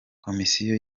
komisiyo